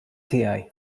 tiegħi